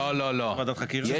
לא, יש